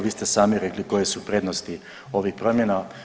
Vi ste sami rekli koje su prednosti ovih promjena.